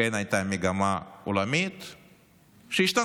כן, הייתה מגמה עולמית שהשתנתה,